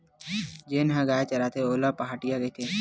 जेन ह गाय चराथे ओला पहाटिया कहिथे